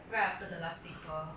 right after the last paper